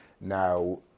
Now